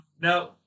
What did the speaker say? No